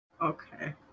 okay